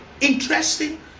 Interesting